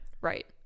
right